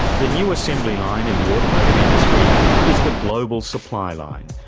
the new assembly line in the automotive industry is the global supply line,